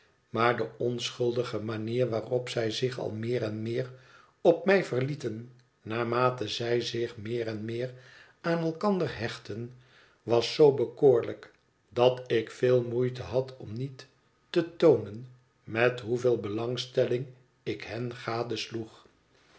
maar de onschuldige manier waarop zij zich al meer en meer op mij verlieten naarmate zij zich meer en meer aan elkander hechtten was zoo bekoorlijk dat ik veel moeite had om niet te toonen met hoeveel belangstelling ik hen